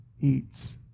eats